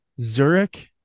Zurich